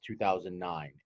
2009